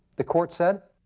the court said,